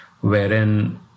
wherein